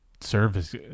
service